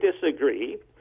disagree